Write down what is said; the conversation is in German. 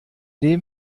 dem